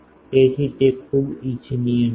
તેથી તે ખૂબ ઇચ્છનીય નથી